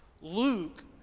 Luke